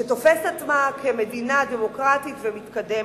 שתופסת את עצמה כמדינה דמוקרטית ומתקדמת,